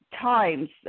times